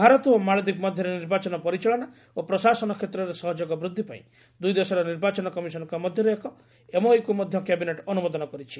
ଭାରତ ଓ ମାଳଦୀପ ମଧ୍ୟରେ ନିର୍ବାଚନ ପରିଚାଳନା ଓ ପ୍ରଶାସନ କ୍ଷେତ୍ରରେ ସହଯୋଗ ବୃଦ୍ଧି ପାଇଁ ଦୁଇ ଦେଶର ନିର୍ବାଚନ କମିଶନଙ୍କ ମଧ୍ୟରେ ଏକ ଏମ୍ଓୟୁକୁ ମଧ୍ୟ କ୍ୟାବିନେଟ୍ ଅନୁମୋଦନ କରିଛି